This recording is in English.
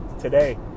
today